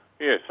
Yes